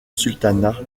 sultanat